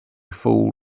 fool